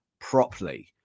properly